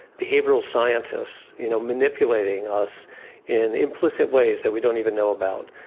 behavioural scientists you know manipulating us in implicit ways that we don't even know about.